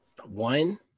One